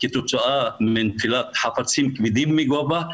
כתוצאה מנפילת חפצים כבדים מגובה,